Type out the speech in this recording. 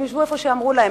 הם התיישבו איפה שאמרו להם,